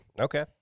Okay